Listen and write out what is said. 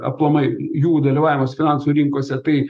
aplamai jų dėliojimas finansų rinkose tai